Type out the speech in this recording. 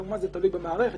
כמובן זה תלוי במערכת,